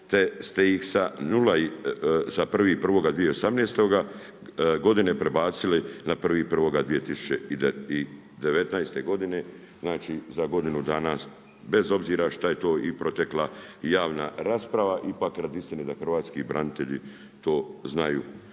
te ste se sa 1.1.2018. godine prebacili na 1.1.2019. godine znači za godinu dana bez obzira šta je to i protekla javna rasprava, ipak radi istine da hrvatski branitelji to znaju.